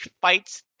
fights